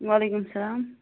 وعلیکُم سلام